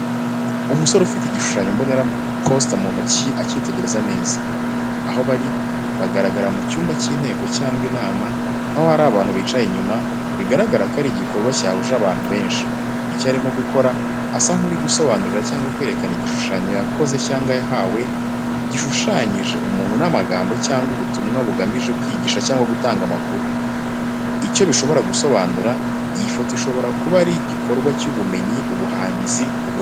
Umusore ufite igishushanyo mbonera (poster) mu ntoki, akitegereza neza. Aho bari: Bagaragara mu cyumba cy’inteko cyangwa inama, aho hari abantu bicaye inyuma, bigaragara ko ari igikorwa cyahuje abantu benshi. Icyo arimo gukora: Asa nk’uri gusobanurira cyangwa kwerekana igishushanyo yakoze cyangwa yahawe, gishushanyije umuntu n’amagambo cyangwa ubutumwa bugamije kwigisha cyangwa gutanga amakuru. Icyo bishobora gusobanura: Iyi foto ishobora kuba ari igikorwa cy’ubumenyi, ubuhanzi, uburezi.